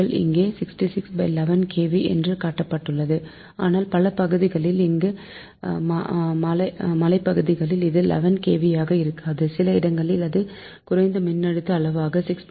இங்கே 6611 kV என்று காட்டப்பட்டுள்ளது ஆனால் பல பகுதிகளில் அல்லது மலைப்பகுதிகளில் இது 11 kV ஆக இருக்காது சில இடங்களில் இது குறைந்த மின்னழுத்த அளவான 6